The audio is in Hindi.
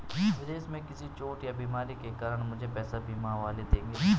विदेश में किसी चोट या बीमारी के कारण मुझे पैसे बीमा वाले देंगे